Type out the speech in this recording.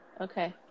Okay